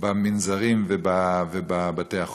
במנזרים ובבתי-החולים?